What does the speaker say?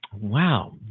Wow